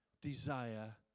desire